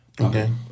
Okay